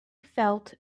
felt